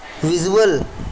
visual